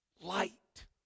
Light